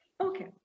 okay